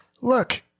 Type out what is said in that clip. look